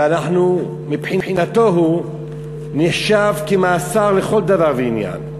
ומבחינתו זה נחשב למאסר לכל דבר ועניין?